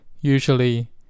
Usually